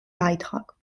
beitrag